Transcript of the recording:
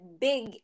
big